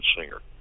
singer